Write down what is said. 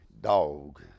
dog